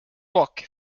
walk